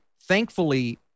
thankfully